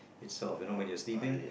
itself when you are sleeping